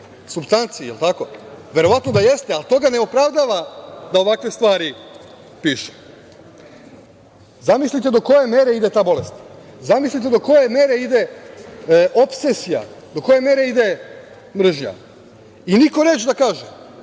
supstanci, jel tako. Verovatno da jeste, ali to ga ne opravda da ovakve stvari piše. Zamislite do koje mere ide ta bolest. Zamislite do koje mere ide opsesija, do koje mere ide mržnja. Niko reč da kaže,